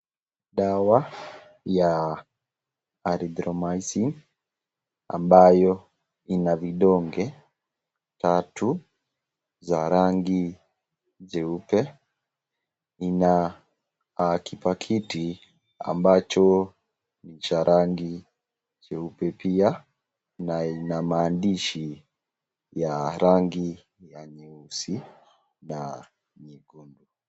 Dawa ya Arithromycin ambayo ina vidonge tatu za rangi jeupe. Ina pakiti ambacho ni cha rangi jeupe pia na ina maandishi ya rangi ya nyeusi na nyekundu.